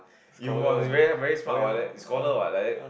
you !wah! must be very very smart what like that scholar what like that